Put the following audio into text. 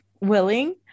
willing